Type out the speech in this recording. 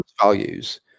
values